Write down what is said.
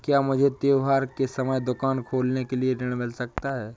क्या मुझे त्योहार के समय दुकान खोलने के लिए ऋण मिल सकता है?